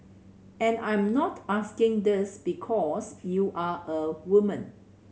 and I'm not asking this because you're a woman